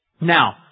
Now